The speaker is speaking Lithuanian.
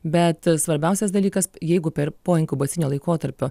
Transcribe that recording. bet svarbiausias dalykas jeigu per po inkubacinio laikotarpio